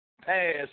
pass